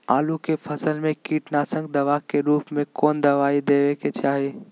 आलू के फसल में कीटनाशक दवा के रूप में कौन दवाई देवे के चाहि?